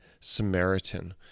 Samaritan